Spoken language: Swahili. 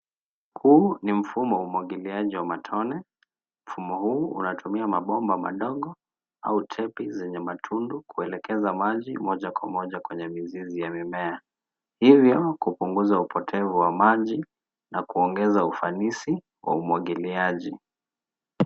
Huu ni mfumo wa umwagiliaji wa matone. Mfumo huu unatumia mabomba madogo au tepi zenye matundu kuelekeza maji moja kwa moja kwenye mizizi ya mimea. Hivyo kupunguza upotevu wa maji, na kuongeza ufanisi wa umwagiliaji.